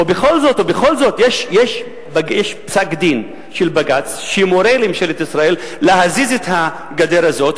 יש פסק-דין של בג"ץ שמורה לממשלת ישראל להזיז את הגדר הזאת,